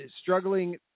struggling